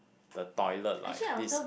the toilet like this